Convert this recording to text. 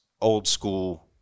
old-school